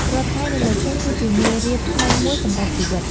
រាល់ថ្ងៃនៅលើភ្នំ គឺជាមេរៀនថ្មីមួយសម្រាប់ជីវិត។